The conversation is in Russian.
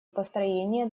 построение